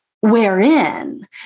wherein